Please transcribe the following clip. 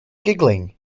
giggling